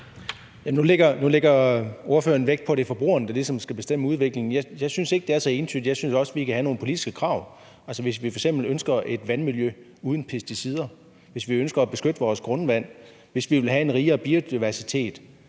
Nu lægger ordføreren vægt på, at det er forbrugeren, der ligesom skal bestemme udviklingen. Jeg synes ikke, det er så entydigt. Jeg synes også, at vi kan stille nogle politiske krav, hvis vi f.eks. ønsker et vandmiljø uden pesticider, hvis vi ønsker at beskytte vores grundvand, hvis vi vil have en rigere biodiversitet.